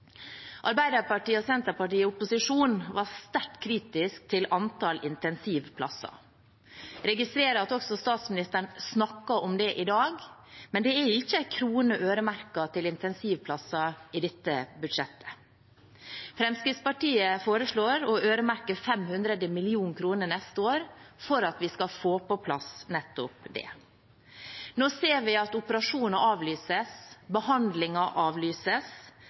Arbeiderpartiet og Senterpartiet i opposisjon var sterkt kritisk til antall intensivplasser. Jeg registrerer at også statsministeren snakker om det i dag, men det er ikke en krone øremerket til intensivplasser i dette budsjettet. Fremskrittspartiet foreslår å øremerke 500 mill. kr neste år for at vi skal få på plass nettopp det. Nå ser vi at operasjoner avlyses, behandlinger avlyses,